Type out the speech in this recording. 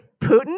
Putin